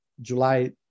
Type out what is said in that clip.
july